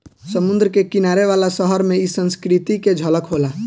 समुंद्र के किनारे वाला शहर में इ संस्कृति के झलक होला